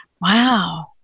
Wow